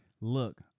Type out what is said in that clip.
Look